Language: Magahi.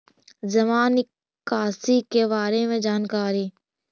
जामा निकासी के बारे में जानकारी?